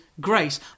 Grace